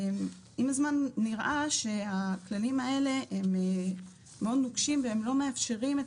עם הזמן נראה שהכללים האלה הם מאוד נוקשים והם לא מאפשרים את